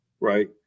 right